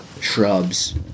shrubs